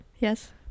yes